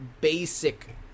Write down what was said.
basic